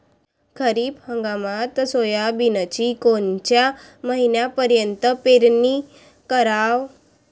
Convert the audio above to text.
खरीप हंगामात सोयाबीनची कोनच्या महिन्यापर्यंत पेरनी कराव?